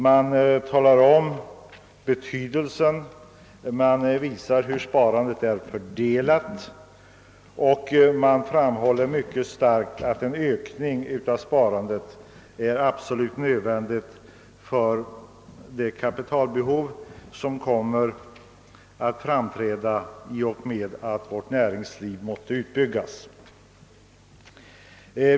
Majoriteten talar om betydelsen av sparandet, visar hur sparandet är fördelat och framhåller med skärpa att en ökning av sparandet är absolut nödvändig för att tillgodose det kapitalbehov som kommer att uppstå i och med att vårt näringsliv måste utbyggas.